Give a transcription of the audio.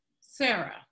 Sarah